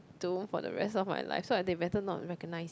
do for the rest of my life so I they better not recognise